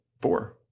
four